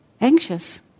anxious